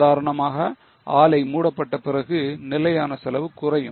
சாதாரணமாக ஆலை மூடப்பட்ட பிறகு நிலையான செலவு குறையும்